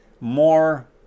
more